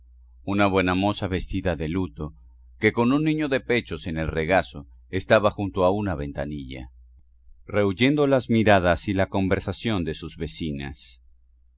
una buena moza vestida de luto que con un niño de pechos en el regazo estaba junto a una ventanilla rehuyendo las miradas y la conversación de sus vecinas